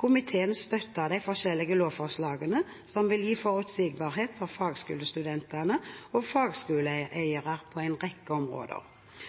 Komiteen støtter de forskjellige lovforslagene, som vil gi forutsigbarhet for fagskolestudentene og fagskoleeiere på den rekke områder.